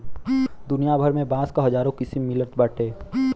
दुनिया भर में बांस क हजारो किसिम मिलत बाटे